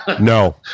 No